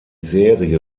serie